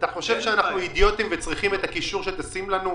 אתם חושב שאנחנו אידיוטים שאנחנו צריכים את הקישור שתשים לנו?